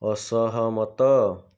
ଅସହମତ